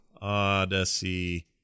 Odyssey